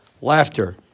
laughter